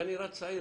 אתה נראה צעיר.